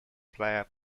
player